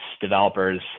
developers